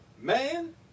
Man